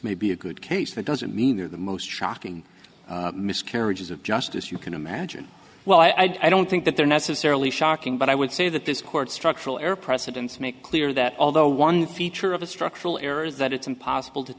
may be a good case that doesn't mean they're the most shocking miscarriages of justice you can imagine well i don't think that they're necessarily shocking but i would say that this court structural air precedents make clear that although one feature of a structural error is that it's impossible to